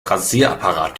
rasierapparat